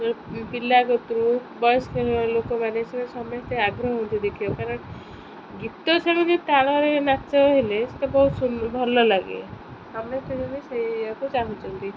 ପିଲାଗୁ ବୟସ୍କ ଲୋକମାନେ ସେମାନେ ସମସ୍ତେ ଆଗ୍ରହେ ଦେଖିବାକୁ କାରଣ ଗୀତ ସେମାନେ ତାଳରେ ନାଚ ହେଲେ ସେ ତ ବହୁତ ସୁନ୍ଦର ଭଲ ଲାଗେ ସମସ୍ତେ ସେଇଆକୁ ଚାହୁଁଛନ୍ତି